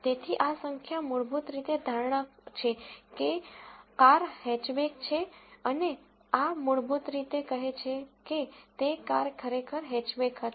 તેથી આ સંખ્યા મૂળભૂત રીતે ધારણા છે કે કાર હેચબેક છે અને આ મૂળભૂત રીતે કહે છે કે તે કાર ખરેખર હેચબેક હતી